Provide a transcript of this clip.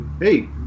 hey